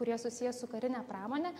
kurie susiję su karine pramone